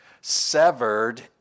severed